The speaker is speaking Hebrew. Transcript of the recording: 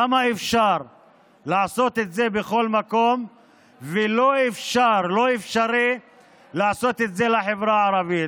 למה אפשר לעשות את זה בכל מקום ולא אפשרי לעשות את זה לחברה הערבית?